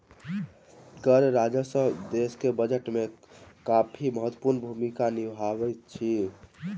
कर राजस्व देश के बजट में काफी महत्वपूर्ण भूमिका निभबैत अछि